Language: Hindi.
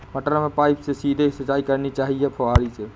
मटर में पाइप से सीधे सिंचाई करनी चाहिए या फुहरी से?